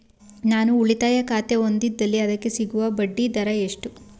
ನಾನು ಉಳಿತಾಯ ಖಾತೆ ಹೊಂದಿದ್ದಲ್ಲಿ ಅದಕ್ಕೆ ಸಿಗುವ ಬಡ್ಡಿ ದರ ಎಷ್ಟು?